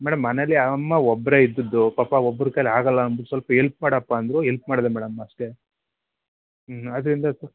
madam ಮನೇಲ್ಲಿ ಅಮ್ಮ ಒಬ್ಬರೇ ಇದ್ದದ್ದು ಪಾಪ ಒಬ್ಬರ ಕೈಲಿ ಆಗೋಲ್ಲ ಅಂದು ಸ್ವಲ್ಪ ಎಲ್ಪ್ ಮಾಡಪ್ಪ ಅಂದರು ಎಲ್ಪ್ ಮಾಡಿದೆ ಮೇಡಮ್ ಅಷ್ಟೇ ಹ್ಞೂ ಅದರಿಂದ ತು